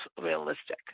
realistic